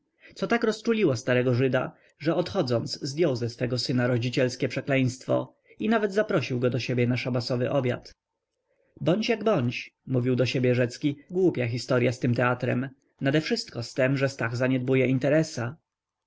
co tak rozczuliło starego żyda że odchodząc zdjął ze swego syna rodzicielskie przekleństwo i nawet zaprosił go do siebie na szabasowy obiad bądź jak bądź mówił do siebie rzecki głupia historya z tym teatrem nadewszystko z tem że stach zaniedbuje interesa